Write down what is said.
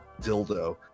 dildo